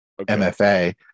MFA